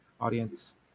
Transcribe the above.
audience